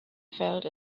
felt